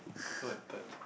but that's